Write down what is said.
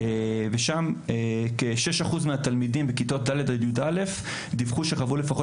ונמצא שכ-6% מהתלמידים בכיתות ד' עד י"א דיווחו שחוו לפחות